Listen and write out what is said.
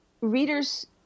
readers